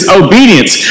obedience